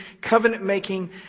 covenant-making